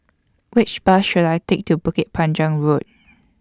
Which Bus should I Take to Bukit Panjang Road